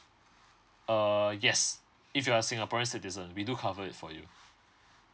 uh yes if you are singaporean citizen we do cover it for you